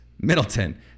Middleton